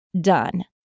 done